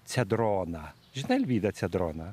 cedroną žinai alvyda cedroną